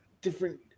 different